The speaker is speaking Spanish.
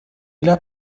las